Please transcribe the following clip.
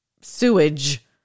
sewage